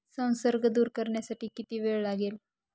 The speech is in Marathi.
संसर्ग दूर करण्यासाठी किती वेळ लागेल?